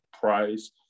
price